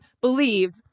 believed